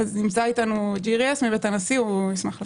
נמצא אתנו ג'יריס מבית הנשיא והוא ישמח לפרט.